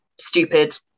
stupid